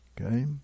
Okay